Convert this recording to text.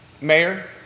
mayor